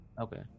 Okay